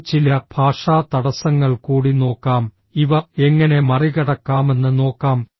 നമുക്ക് ചില ഭാഷാ തടസ്സങ്ങൾ കൂടി നോക്കാം ഇവ എങ്ങനെ മറികടക്കാമെന്ന് നോക്കാം